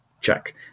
check